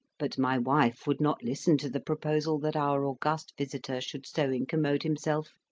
but my wife would not listen to the proposal that our august visitor should so incommode himself,